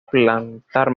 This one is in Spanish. plantar